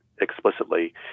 explicitly